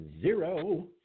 Zero